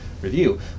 review